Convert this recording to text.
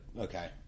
okay